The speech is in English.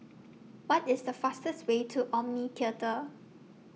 What IS The fastest Way to Omni Theatre